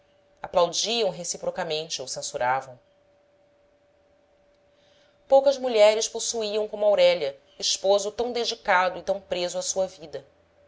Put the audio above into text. confundiam-se aplaudiam reciprocamente ou censuravam poucas mulheres possuíam como aurélia esposo tão dedicado e tão preso à sua vida